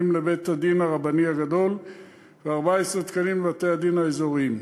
לבית-הדין הרבני הגדול ו-14 תקנים לבתי-הדין האזוריים.